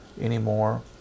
anymore